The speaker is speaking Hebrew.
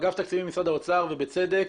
אגף התקציבים במשרד האוצר, ובצדק,